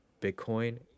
Bitcoin